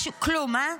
כלום, אה?